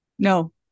No